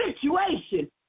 situation